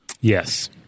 Yes